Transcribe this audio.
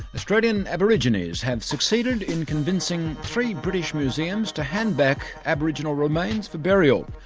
australian aborigines have succeeded in convincing three british museums to hand back aboriginal remains for burial.